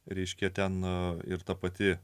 reiškiate na ir ta pati